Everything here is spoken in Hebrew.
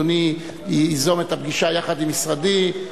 אדוני ייזום את הפגישה יחד עם משרדי,